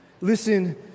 listen